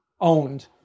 owned